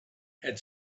had